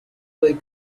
play